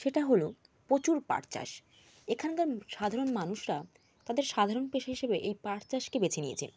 সেটা হলো প্রচুর পাট চাষ এখানকার সাধারণ মানুষরা তাদের সাধারণ পেশা হিসেবে এই পাট চাষকে বেছে নিয়েছে